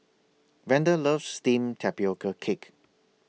Vander loves Steamed Tapioca Cake